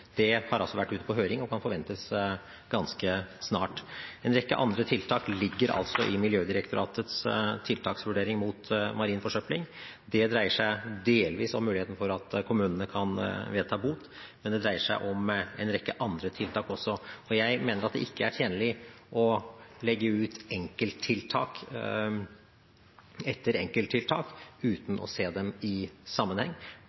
vært ute på høring, og svar kan forventes ganske snart. En rekke andre tiltak ligger i Miljødirektoratets tiltaksvurdering mot marin forsøpling. Det dreier seg delvis om muligheten for at kommunene kan vedta bot, men det dreier seg også om en rekke andre tiltak. Jeg mener at det ikke er tjenlig å legge ut enkelttiltak etter enkelttiltak uten å se dem i sammenheng.